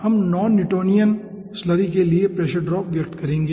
हम non Newtonian slurry के लिए प्रेशर ड्रॉप व्यक्त करेंगे